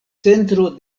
centro